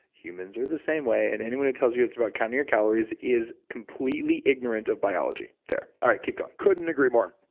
humans are the same way. and anyone who tells you it's about counting your calories is completely ignorant of biology. there. all right. keep going couldn't agree more.